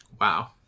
Wow